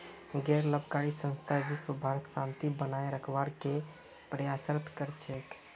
गैर लाभकारी संस्था विशव भरत शांति बनए रखवार के प्रयासरत कर छेक